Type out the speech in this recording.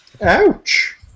Ouch